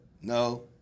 no